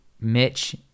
Mitch